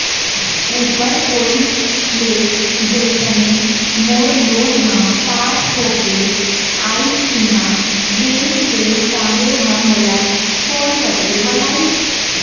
ऊपर कोइत ले जइसने मोर लोन ह पास होके आइस तिहॉं बेंक के साहेब ह मोला फोन करके बलाइस